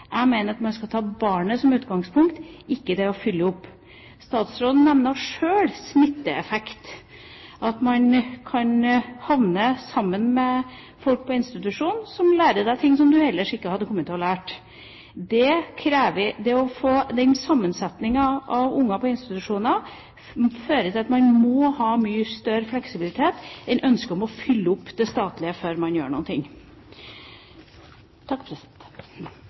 Jeg mener at man skal ta barnet som utgangspunkt, ikke det å fylle opp. Statsråden nevner sjøl smitteeffekt, at man kan havne sammen med folk på institusjon som lærer deg ting som du ellers ikke hadde kommet til å lære. Det å få den sammensetningen av barn på institusjoner fører til at man må ha mye større fleksibilitet enn ønsket om å fylle opp det statlige før man gjør